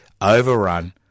overrun